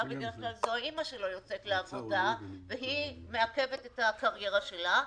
בדרך כלל זו האמא שלא יוצאת לעבודה והיא מעכבת את הקריירה שלה.